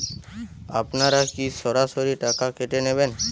আপনারা কি সরাসরি টাকা কেটে নেবেন?